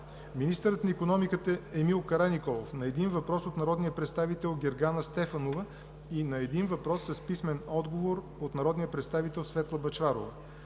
министърът на икономиката Емил Караниколов – на един въпрос от народния представител Гергана Стефанова, и на един въпрос с писмен отговор от народния представител Светла Бъчварова;